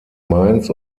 mainz